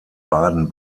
baden